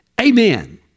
amen